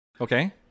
Okay